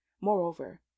Moreover